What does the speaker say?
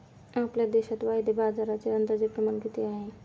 आपल्या देशात वायदे बाजाराचे अंदाजे प्रमाण किती आहे?